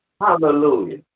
Hallelujah